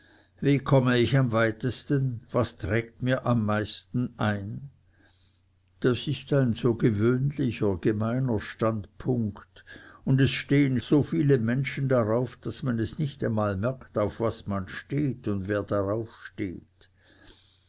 wie komme ich am weitesten und was trägt mir am meisten ein das ist ein so gewöhnlicher gemeiner standpunkt und es stehen so viele menschen darauf daß man es nicht einmal merkt auf was man steht und wer darauf steht